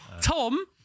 Tom